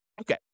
Okay